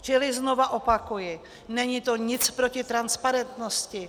Čili znova opakuji, není to nic proti transparentnosti.